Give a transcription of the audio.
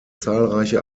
zahlreiche